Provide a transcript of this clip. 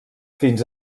fins